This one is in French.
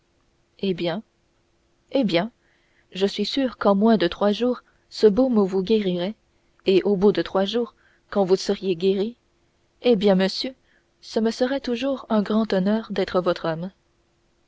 eh bien eh bien je suis sûr qu'en moins de trois jours ce baume vous guérirait et au bout de trois jours quand vous seriez guéri eh bien monsieur ce me serait toujours un grand honneur d'être votre homme